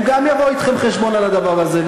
הם גם יבואו אתכם חשבון על הדבר הזה.